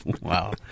Wow